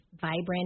vibrant